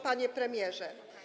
Panie Premierze!